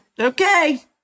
okay